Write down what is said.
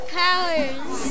powers